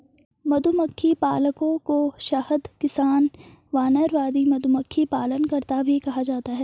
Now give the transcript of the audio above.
मधुमक्खी पालकों को शहद किसान, वानरवादी, मधुमक्खी पालनकर्ता भी कहा जाता है